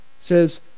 says